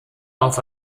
auf